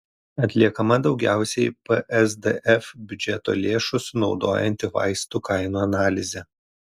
atliekama daugiausiai psdf biudžeto lėšų sunaudojanti vaistų kainų analizė